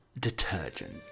detergent